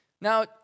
Now